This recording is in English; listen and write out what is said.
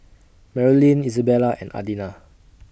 Marolyn Izabella and Adina